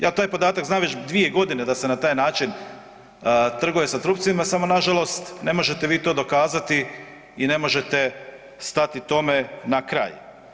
Ja taj podatak znam već 2 godine da se na taj način trguje sa trupcima, samo nažalost ne možete vi to dokazati i ne možete stati tome na kraj.